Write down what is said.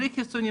בלי חיסונים.